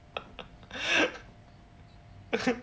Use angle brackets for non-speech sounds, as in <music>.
<laughs>